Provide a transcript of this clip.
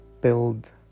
build